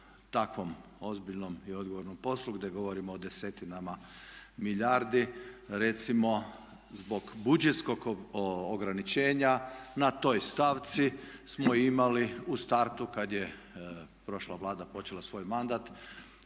takvom ozbiljnom i odgovornom poslu gdje govorimo o desetinama milijardi recimo zbog budžetskog ograničenja na toj stavci smo imali u startu kad je prošla Vlada počela svoj mandat